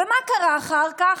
מה קרה אחר כך?